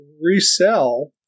resell